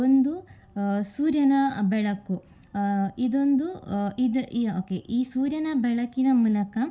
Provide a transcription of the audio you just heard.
ಒಂದು ಸೂರ್ಯನ ಬೆಳಕು ಇದೊಂದು ಇದು ಈ ಓಕೆ ಈ ಸೂರ್ಯನ ಬೆಳಕಿನ ಮೂಲಕ